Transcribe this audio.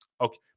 okay